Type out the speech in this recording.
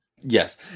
Yes